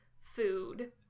food